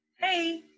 Hey